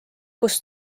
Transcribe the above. kus